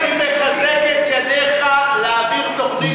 אני מחזק את ידיך להעביר תוכנית,